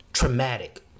traumatic